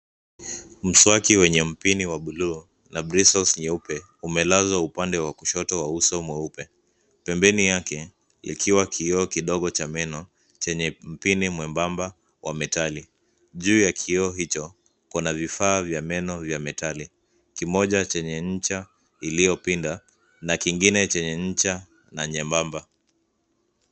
Mswaki wenye mpini wa buluu na bristals nyeupe umelazwa upande wa kushoto wa uso mweupe. Pembeni yake likiwa kioo kidogo cha meno chenye mpini mwembamba wa metali. Juu ya kioo hicho kuna vifaa vya meno vya metali, kimoja chenye ncha iliyopinda na kingine chenye ncha na nyembamba.